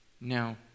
Now